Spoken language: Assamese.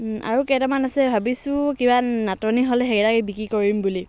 আৰু কেইটামান আছে ভাবিছোঁ কিবা নাটনি হ'লে সেইকেইটাকে বিক্ৰী কৰিম বুলি